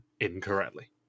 incorrectly